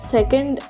Second